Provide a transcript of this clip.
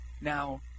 now